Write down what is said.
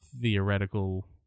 theoretical